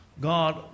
God